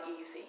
easy